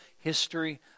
history